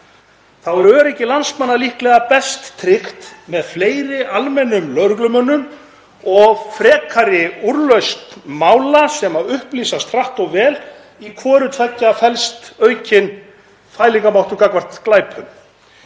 þá er öryggi landsmanna líklega best tryggt með fleiri almennum lögreglumönnum og frekari úrlausn mála sem upplýsast hratt og vel. Í hvoru tveggja felst aukinn fælingarmáttur gagnvart glæpum.